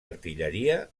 artilleria